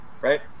right